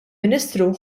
ministru